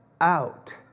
out